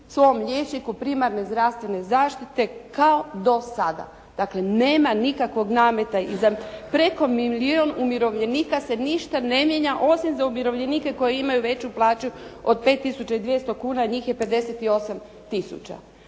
svom liječniku primarne zdravstvene zaštite kao do sada. Dakle, nema nikakvog nameta i za preko milijun umirovljenika se ništa ne mijenja osim za umirovljenike koji imaju veću plaću od 5200 kuna. Njih je 58000.